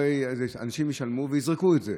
הרי אנשים ישלמו ויזרקו את זה,